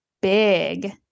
big